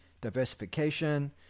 diversification